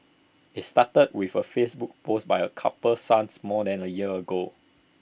IT started with A Facebook post by A couple's son more than A year ago